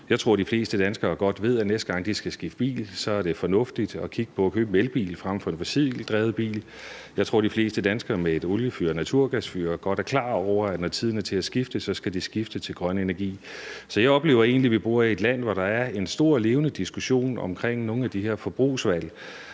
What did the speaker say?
Jeg tror, at de fleste danskere godt ved, at næste gang de skal skifte bil, er det fornuftigt at kigge på at købe en elbil frem for en fossildrevet bil. Jeg tror, at de fleste danskere med et oliefyr eller et naturgasfyr godt er klar over, at når tiden er til at skifte, skal de skifte til grøn energi. Så jeg oplever egentlig, at vi bor i et land, hvor der er en stor og levende diskussion om nogle af de her forbrugsvalg,